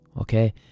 okay